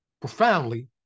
profoundly